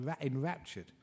enraptured